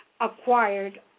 acquired